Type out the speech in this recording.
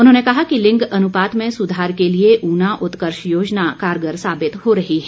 उन्होंने कहा कि लिंग अनुपात में सुधार के लिए ऊना उत्कर्ष योजना कारगर साबित हो रही है